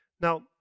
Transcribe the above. Now